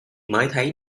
mới